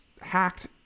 hacked